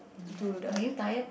to the